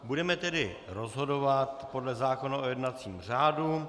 Budeme tedy rozhodovat podle zákona o jednacím řádu.